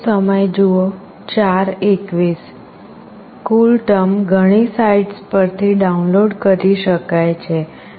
CoolTerm ઘણી sites પરથી download કરી શકાય છે